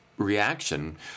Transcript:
reaction